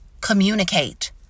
communicate